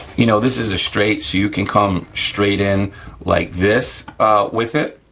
you know, this is a straight so you can come straight in like this with it,